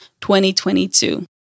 2022